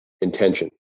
intention